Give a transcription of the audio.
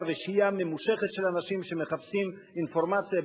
ושהייה ממושכת של אנשים שמחפשים אינפורמציה,